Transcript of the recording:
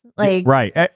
Right